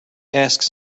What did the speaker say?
asks